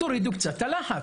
תורידו קצת את הלחץ.